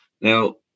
Now